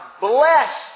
blessed